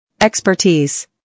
Expertise